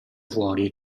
fuori